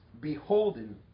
beholding